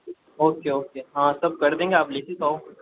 okay okay हाँ सब कर देंगे आप लेके तो आओ